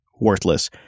worthless